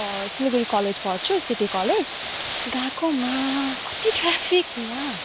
Siliguri college पढछु city college गएकोमा कति ट्राफिक यहाँ